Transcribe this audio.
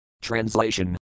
Translation